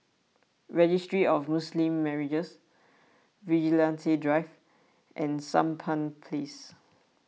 Registry of Muslim Marriages Vigilante Drive and Sampan Place